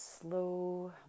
slow